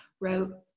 wrote